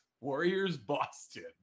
Warriors-Boston